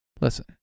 Listen